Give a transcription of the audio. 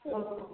औ